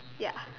ya